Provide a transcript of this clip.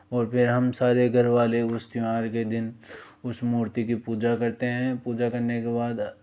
और फ़िर हम सारे घरवाले उस त्यौहार के दिन उस मूर्ती की पूजा करते हैं पूजा करने के बाद